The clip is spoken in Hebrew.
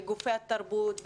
לגופי התרבות,